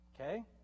Okay